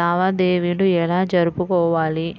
లావాదేవీలు ఎలా జరుపుకోవాలి?